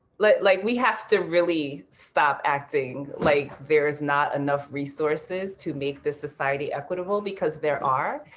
like like we have to really stop acting like there is not enough resources to make this society equitable, because there are,